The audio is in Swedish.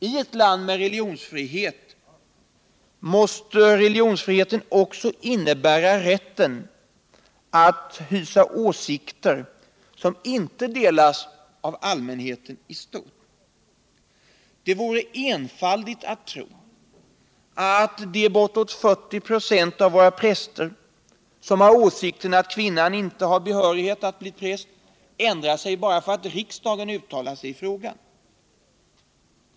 I ett land med religionsfrihet måste denna frihet också innefatta rätten att hysa åsikter som icke delas av allmänheten i stort. Det vore enfaldigt att tro att de bortåt 40 "a av våra präster som har åsikten att kvinnan icke har behörighet att bli präst ändrar sig bara för att riksdagen har uttalat sig i frågan.